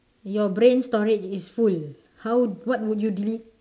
your brain storage is full how what would you delete